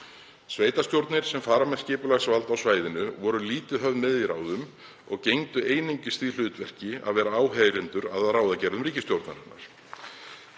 Sveitarstjórnir sem fara með skipulagsvald á svæðinu voru lítið hafðar með í ráðum og gegndu einungis því hlutverki að vera áheyrendur að ráðagerðum ríkisstjórnarinnar.